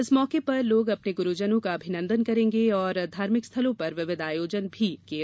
इस मौके पर लोग अपने गुरूजनों का अभिनंदन करेंगे और धार्मिक स्थलों पर विविध आयोजन होंगे